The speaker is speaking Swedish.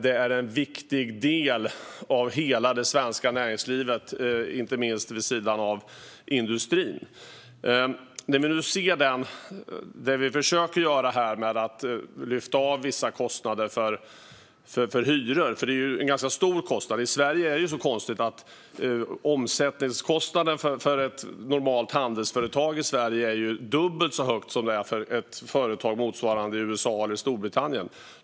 Det är en viktig del av det svenska näringslivet vid sidan av industrin. Det vi försöker göra är att lyfta av vissa kostnader för hyror. Det är fråga om ganska stora kostnader. I Sverige är det så konstigt att omsättningskostnaden för ett normalt handelsföretag är dubbelt så hög som för ett motsvarande företag i USA eller Storbritannien.